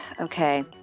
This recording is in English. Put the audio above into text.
Okay